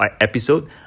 episode